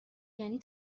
یعنی